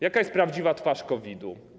Jaka jest prawdziwa twarz COVID-u?